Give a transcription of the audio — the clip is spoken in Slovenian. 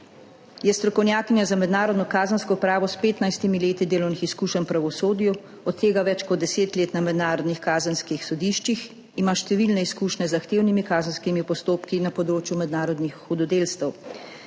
Je strokovnjakinja za mednarodno kazensko pravo s petnajstimi leti delovnih izkušenj v pravosodju, od tega več kot deset let na mednarodnih kazenskih sodiščih, ima številne izkušnje z zahtevnimi kazenskimi postopki na področju mednarodnih hudodelstev.